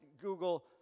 Google